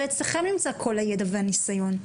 הרי כל הידע והניסיון אצלכם.